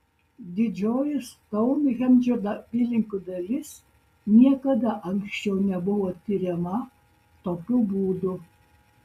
didžioji stounhendžo apylinkių dalis niekada anksčiau nebuvo tiriama tokiu būdu